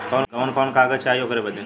कवन कवन कागज चाही ओकर बदे?